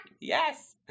Yes